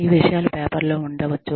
ఈ విషయాలు పేపర్లో ఉంచవచ్చు